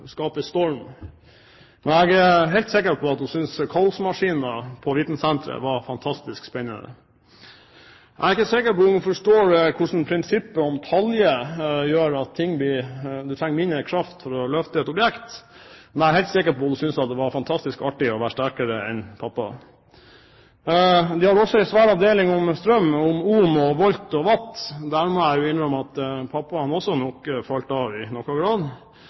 skape storm. Men jeg er helt sikker på at hun syntes kaosmaskinen på vitensenteret var fantastisk spennende. Jeg er ikke sikker på om hun forstår hvordan prinsippet om taljer gjør at man trenger mindre kraft for å løfte et objekt, men jeg er helt sikker på at hun syntes det var fantastisk artig å være sterkere enn pappa. På vitensentret hadde de også en svær avdeling om strøm – om ohm og volt og watt – og der må jeg innrømme at pappaen også nok falt av i noen grad.